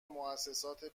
موسسات